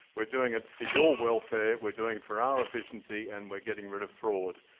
we're doing it for your welfare. we're doing it for our efficiency. and we're getting rid of fraud.